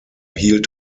hielt